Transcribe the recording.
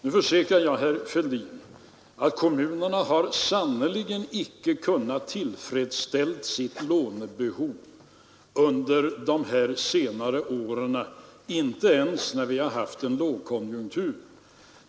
Nu försäkrar jag herr Fälldin att kommunerna sannerligen inte har kunnat tillfredsställa sitt lånebehov under de senare åren, inte ens när vi har haft en lågkonjunktur.